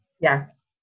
Yes